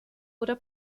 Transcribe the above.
oder